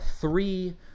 three